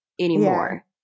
anymore